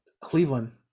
Cleveland